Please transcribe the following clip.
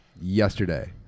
yesterday